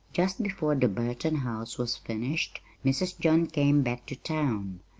just before the burton house was finished mrs. john came back to town.